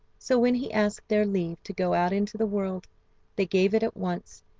so when he asked their leave to go out into the world they gave it at once,